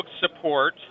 Support